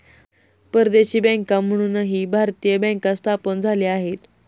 परदेशी बँका म्हणूनही भारतीय बँका स्थापन झाल्या आहेत